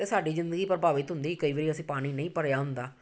ਅਤੇ ਸਾਡੀ ਜ਼ਿੰਦਗੀ ਪ੍ਰਭਾਵਿਤ ਹੁੰਦੀ ਕਈ ਵਾਰੀ ਅਸੀਂ ਪਾਣੀ ਨਹੀਂ ਭਰਿਆ ਹੁੰਦਾ